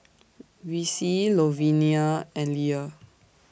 Vicy Louvenia and Lia